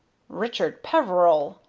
richard peveril?